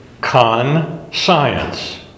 Con-science